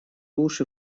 уши